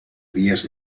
vies